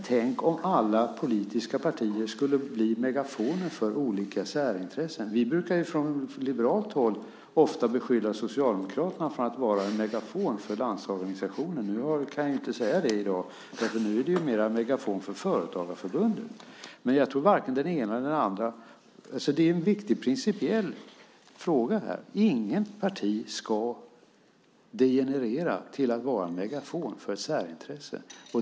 Tänk om alla politiska partier blev megafoner för olika särintressen! Från liberalt håll beskyller vi ofta Socialdemokraterna för att vara en megafon för Landsorganisationen. Det kan jag inte säga i dag därför att nu är du mera en megafon för Företagarförbundet. Jag tror varken på den ena eller den andra. Detta är en viktig principiell fråga. Inget parti ska degenerera till att vara en megafon för ett särintresse.